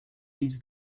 leads